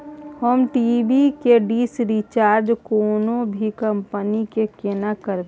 हम टी.वी के dish recharge कोनो भी कंपनी के केना करबे?